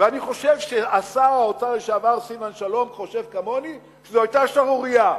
ואני חושב ששר האוצר לשעבר סילבן שלום חושב כמוני שזו היתה שערורייה,